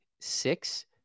six